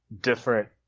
different